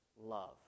love